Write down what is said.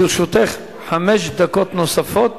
לרשותך חמש דקות נוספות,